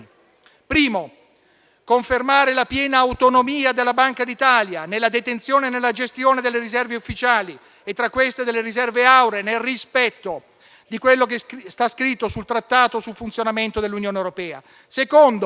Primo: confermare la piena autonomia della Banca d'Italia nella detenzione e nella gestione delle riserve ufficiali e, tra queste, delle riserve auree nel rispetto di ciò che è scritto nel Trattato sul funzionamento dell'Unione europea.